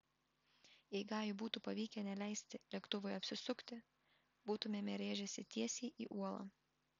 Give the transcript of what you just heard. jei gajui būtų pavykę neleisti lėktuvui apsisukti būtumėme rėžęsi tiesiai į uolą